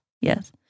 Yes